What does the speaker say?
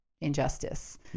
injustice